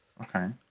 Okay